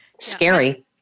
Scary